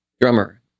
drummer